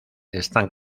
están